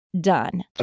done